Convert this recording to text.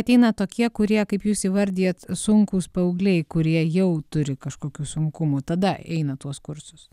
ateina tokie kurie kaip jūs įvardijat sunkūs paaugliai kurie jau turi kažkokių sunkumų tada eina tuos kursus